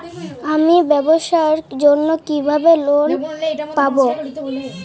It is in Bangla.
আমি ব্যবসার জন্য কিভাবে লোন পাব?